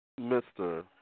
Mr